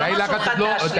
זה לא משהו חדש.